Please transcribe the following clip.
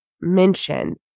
mentioned